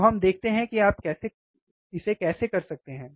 तो हम देखते हैं कि आप कैसे कर इसे सकते हैं